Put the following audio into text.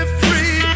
free